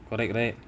correct correct